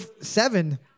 seven